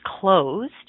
closed